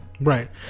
Right